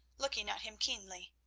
looking at him keenly.